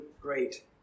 great